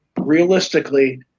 Realistically